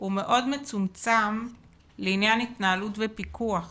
הוא מאוד מצומצם לעניין התנהלות ופיקוח